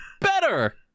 better